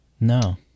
No